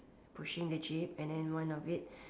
pushing the jeep and then one of it